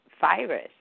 virus